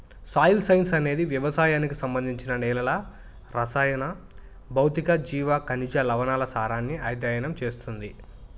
soil science అనేది వ్యవసాయానికి సంబంధించి నేలల రసాయన, భౌతిక, జీవ, ఖనిజ, లవణాల సారాన్ని అధ్యయనం చేస్తుంది